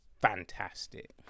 fantastic